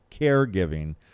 caregiving